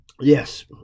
Yes